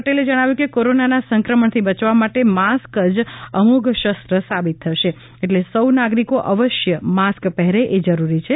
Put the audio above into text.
પટેલે જણાવ્યુ છે કે કોરોનાના સંક્રમણથી બચવા માટે માસ્ક જ અમોઘ શરુત્ર સાબિત થશે એટલે સૌ નાગરિકો અવશ્ય માસ્ક પહેરે એ જરૂરી છે